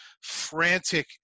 frantic